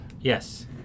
Yes